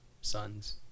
sons